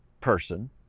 person